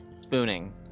Spooning